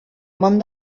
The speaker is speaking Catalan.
món